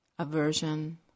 aversion